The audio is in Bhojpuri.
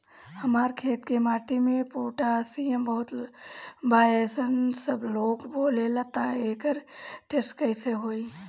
हमार खेत के माटी मे पोटासियम बहुत बा ऐसन सबलोग बोलेला त एकर टेस्ट कैसे होई?